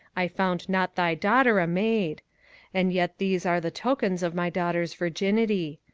i found not thy daughter a maid and yet these are the tokens of my daughter's virginity.